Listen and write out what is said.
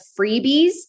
freebies